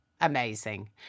amazing